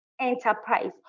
enterprise